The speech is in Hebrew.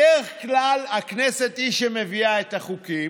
בדרך כלל הכנסת היא שמביאה את החוקים,